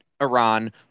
Iran